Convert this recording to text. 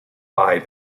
buy